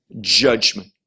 judgment